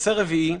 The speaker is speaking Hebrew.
נושא רביעי.